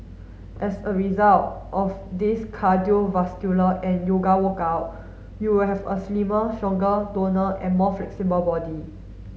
as a result of this cardiovascular and yoga workout you will have a slimmer stronger toner and more flexible body